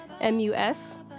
M-U-S